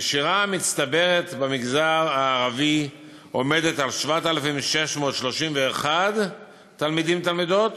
הנשירה המצטברת במגזר הערבי עומדת על 7,631 תלמידים ותלמידות,